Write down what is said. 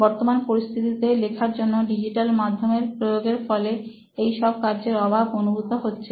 বর্তমান পরিস্থিতিতে লেখার জন্য ডিজিটাল মাধ্যমের প্রয়োগের ফলে এই সব কার্যের অভাব অনুভূত হচ্ছে